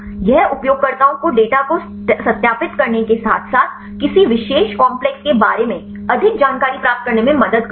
यह उपयोगकर्ताओं को डेटा को सत्यापित करने के साथ साथ किसी विशेष काम्प्लेक्स के बारे में अधिक जानकारी प्राप्त करने में मदद करेगा